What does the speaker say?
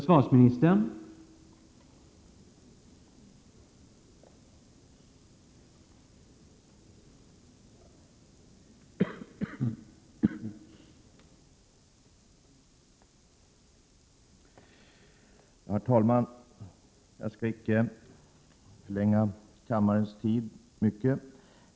Herr talman! Jag skall inte särskilt mycket mer ta kammarens tid i anspråk.